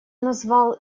назвал